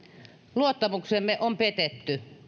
luottamuksemme on petetty